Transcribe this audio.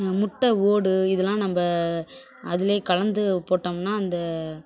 முட்டை ஓடு இதெல்லாம் நம்ம அதுலேயே கலந்து போட்டோம்னா அந்த